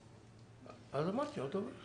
כיום ש"גדולים